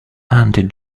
andy